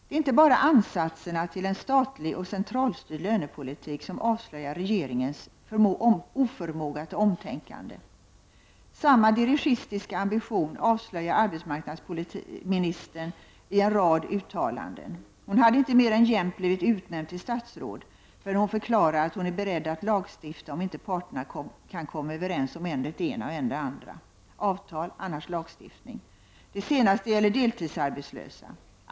Det är inte bara ansatserna till en statlig och centralstyrd lönepolitik som avslöjar regeringens oförmåga till omtänkande. Samma dirigistiska ambition avslöjar arbetsmarknadsministern i en rad uttalanden. Hon hade inte mer än jämnt blivit utnämnd till statsråd, förrän hon förklarade att hon är beredd att lagstifta om inte parterna kan komma överens om än det ena och än det andra — avtal, annars lagstiftning. Det senaste gäller deltidsarbetslösa.